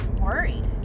worried